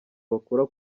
bakora